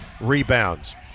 rebounds